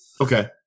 Okay